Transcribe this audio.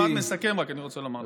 אני רק רוצה לומר משפט מסכם.